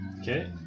Okay